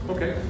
Okay